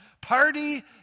Party